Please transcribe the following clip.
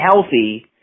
healthy